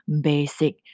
basic